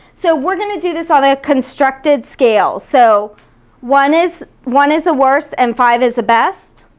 so we're going to do this on a constructed scale, so one is one is the worst and five is the best.